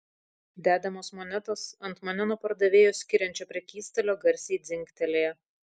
dedamos monetos ant mane nuo pardavėjo skiriančio prekystalio garsiai dzingtelėjo